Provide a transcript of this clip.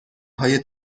های